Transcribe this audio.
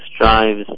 strives